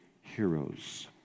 heroes